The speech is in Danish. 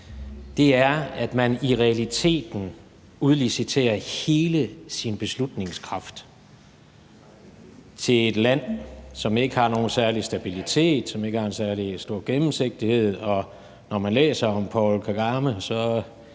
Det er, at man i realiteten udliciterer hele sin beslutningskraft til et land, som ikke har nogen særlig stabilitet, og som ikke har en særlig stor gennemsigtighed. Og når man læser om Paul Kagame, kan